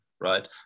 right